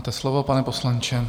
Máte slovo, pane poslanče.